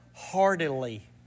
Heartily